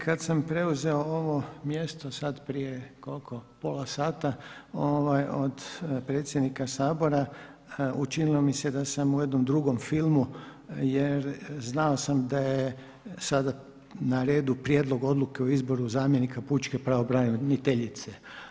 Kada sam preuzeo ovo mjesto sada prije koliko, pola sata od predsjednika Sabora učinilo mi se da sam u jednom drugom filmu jer znao sam da je sada na redu Prijedlog odluke o izboru zamjenika pučke pravobraniteljice.